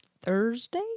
Thursday